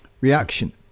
reaction